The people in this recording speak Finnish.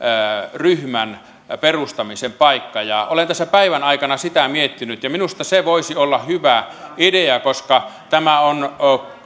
ryhmän perustamisen paikka olen tässä päivän aikana sitä miettinyt ja minusta se voisi olla hyvä idea koska tämä on